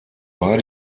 war